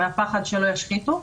מהפחד שלא ישחיתו.